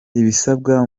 ibisabwa